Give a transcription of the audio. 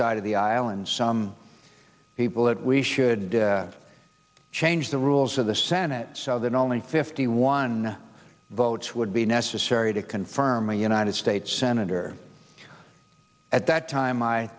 side of the aisle and some people that we should change the rules of the senate so that only fifty one votes would be necessary to confirm a united states senator at that time i